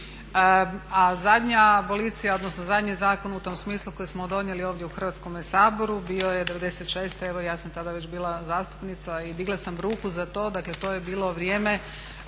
A zadnja abolicija, odnosno zadnji zakon u tom smislu koji smo donijeli ovdje u Hrvatskome saboru bio je '96. evo i ja sam tada već bila zastupnica i digla sam ruku za to, dakle to je bilo vrijeme